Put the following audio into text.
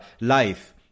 life